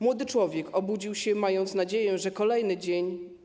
Młody człowiek obudził się, mając nadzieję na kolejny dzień.